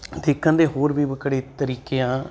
ਦੇਖਣ ਦੇ ਹੋਰ ਵੀ ਵੱਖਰੇ ਤਰੀਕੇ ਆ